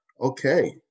Okay